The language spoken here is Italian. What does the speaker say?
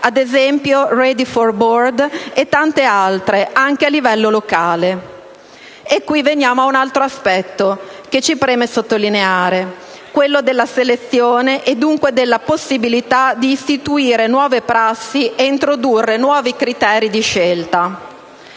ad esempio Ready for Board Women e tante altre, anche a livello locale. E qui veniamo a un altro aspetto che ci preme sottolineare: quello della selezione e dunque della possibilità di istituire nuove prassi e di introdurre nuovi criteri di scelta.